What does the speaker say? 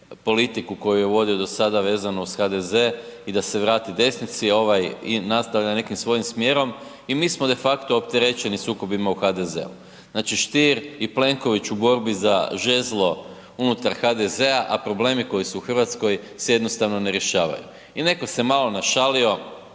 politiku koju je vodio do sada vezano uz HDZ i da se vrati desnici, ovaj nastavlja nekim svojim smjerom. I mi smo de facto opterećeni sukobima u HDZ-u. znači Stier i Plenković u borbi za žezlo unutar HDZ-a, a problemi koji su u Hrvatskoj se jednostavno ne rješavaju. I netko se malo našalio